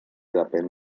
depèn